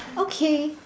okay